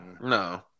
No